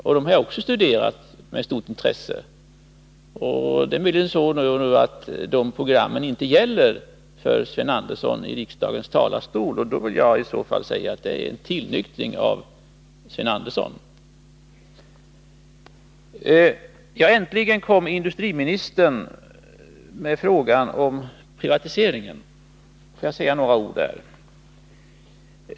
Dem har jag studerat med stort intresse. Men det är möjligen så att de programmen inte gäller för Sven Andersson i riksdagens talarstol, och i så fall vill jag säga att det är en tillnyktring från Sven Anderssons sida. Äntligen kom industriministern till frågan om privatiseringen. Jag vill säga några ord i det sammanhanget.